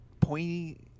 pointy